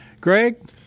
Greg